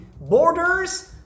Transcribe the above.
borders